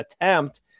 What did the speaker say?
attempt